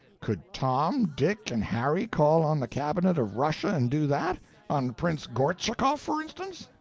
could tom, dick and harry call on the cabinet of russia and do that on prince gortschakoff, for instance?